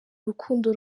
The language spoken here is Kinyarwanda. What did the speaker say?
rukundo